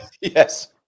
yes